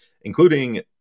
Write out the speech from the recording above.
including